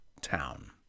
town